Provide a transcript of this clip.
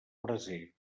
braser